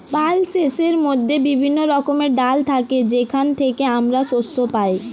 পালসেসের মধ্যে বিভিন্ন রকমের ডাল থাকে যেখান থেকে আমরা শস্য পাই